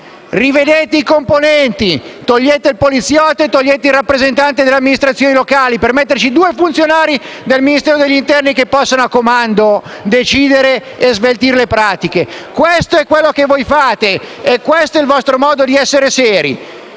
Rivedete i componenti, togliete il poliziotto e il rappresentante delle amministrazioni locali per metterci due funzionari del Ministero dell'interno che possano, a comando, decidere e sveltire le pratiche. Questo è quello che voi fate e questo il vostro modo di essere seri.